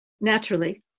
naturally